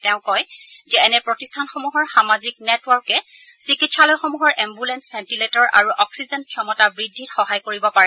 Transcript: তেওঁ কয় যে এনে প্ৰতিষ্ঠানসমূহৰ সামাজিক নেটৱৰ্কে চিকিৎসালয়সমূহৰ এস্বুলেপ ভেণ্টিলেটৰ আৰু অস্সিজেন ক্ষমতা বৃদ্ধিত সহায় কৰিব পাৰে